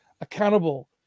accountable